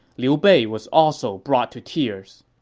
liu bei was also brought to tears.